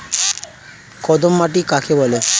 কর্দম মাটি কাকে বলে?